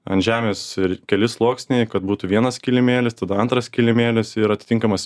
ant žemės ir keli sluoksniai kad būtų vienas kilimėlis tada antras kilimėlis ir atitinkamas